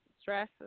stress